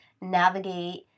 navigate